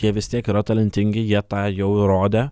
jie vis tiek yra talentingi jie tą jau įrodė